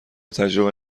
تجربه